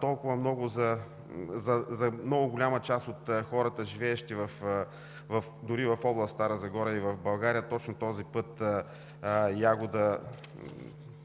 толкова много за много голяма част от хората, живеещи дори в област Стара Загора и България, точно този път Ягода